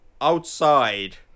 outside